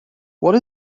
what